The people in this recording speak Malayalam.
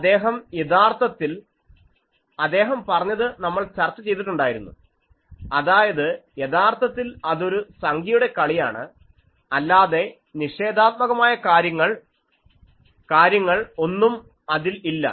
അദ്ദേഹം യഥാർത്ഥത്തിൽ അദ്ദേഹം പറഞ്ഞത് നമ്മൾ ചർച്ച ചെയ്തിട്ടുണ്ടായിരുന്നു അതായത് യഥാർത്ഥത്തിൽ അതൊരു സംഖ്യയുടെ കളിയാണ് അല്ലാതെ നിഷേധാത്മകമായ കാര്യങ്ങൾ ഒന്നും അതിൽ ഇല്ല